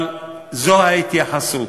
אבל זו ההתייחסות.